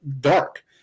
dark